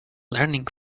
learning